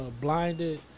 blinded